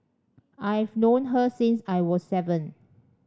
I've known her since I was seven